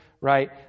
right